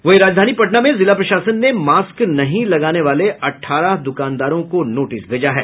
वहीं राजधानी पटना में जिला प्रशासन ने मास्क नहीं लगाने वाले अठारह दुकानदारों को नोटिस भेजा है